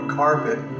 carpet